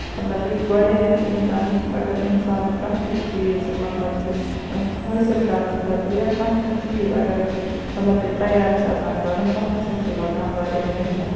مطلب کہِ گۄڈٕنیتھ چھُ اِنسانَس اَگر اِنسان کانہہ تہِ چیٖز مطلب کہِ کانہہ حٲصِل کرنہٕ خٲطرٕ یا کانہہ تہِ چیٖز اَگر أسۍ مطلب کہِ تَیار چھِ آسان کَرُن تَتھ ہسا چھُ لَگان واریاہ محنت